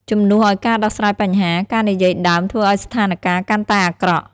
ជំនួសឲ្យការដោះស្រាយបញ្ហា ការនិយាយដើមធ្វើឲ្យស្ថានការណ៍កាន់តែអាក្រក់។